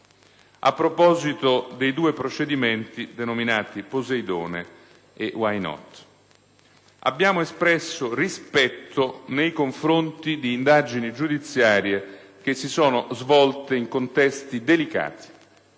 a proposito dei due procedimenti denominati Poseidone e Why not?. Abbiamo espresso rispetto nei confronti di indagini giudiziarie che si sono svolte in contesti delicati.